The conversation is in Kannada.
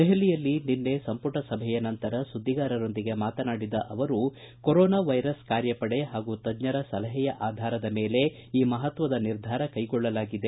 ದೆಹಲಿಯಲ್ಲಿ ನಿನ್ನೆ ಸಂಪುಟ ಸಭೆಯ ನಂತರ ಸುದ್ದಿಗಾರರೊಂದಿಗೆ ಮಾತನಾಡಿದ ಅವರು ಕೊರೋನಾ ವೈರಸ್ ಕಾರ್ಯಪಡೆ ಹಾಗೂ ತಜ್ಞರ ಸಲಹೆಯ ಆಧಾರದ ಮೇಲೆ ಈ ಮಹತ್ವದ ನಿರ್ಧಾರ ಕೈಗೊಳ್ಳಲಾಗಿದೆ